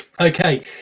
Okay